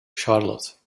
charlotte